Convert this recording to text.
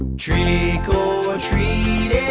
trick or treating,